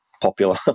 popular